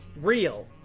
Real